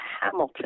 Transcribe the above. Hamilton